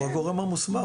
הוא הגורם המוסמך.